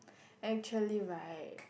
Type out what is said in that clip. actually right